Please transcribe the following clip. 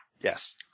Yes